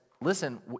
listen